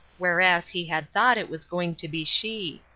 whereas he had thought it was going to be she.